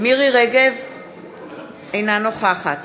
אינה נוכחת